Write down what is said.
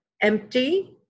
empty